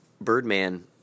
Birdman